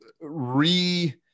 re-